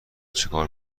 چکار